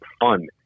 fun